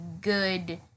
good